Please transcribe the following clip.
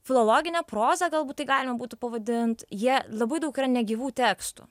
filologine proza galbūt tai galima būtų pavadint jie labai daug yra negyvų tekstų